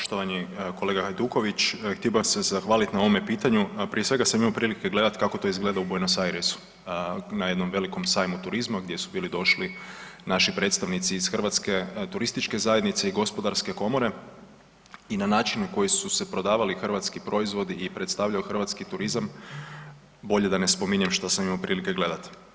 Poštovani kolega Hajduković, htio bih vam se zahvaliti na ovom pitanju, a prije svega sam imao prilike gledati kako to izgleda u Buenos Aires na jednom velikom sajmu turizma gdje su bili došli naši predstavnici iz Hrvatske turističke zajednice i Gospodarske komore i na načinu u kojem su se prodavali hrvatski proizvodi i predstavljao hrvatski turizam bolje da ne spominjem što sam imao prilike gledati.